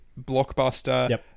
blockbuster